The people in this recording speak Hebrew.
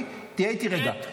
תהיה איתי רגע.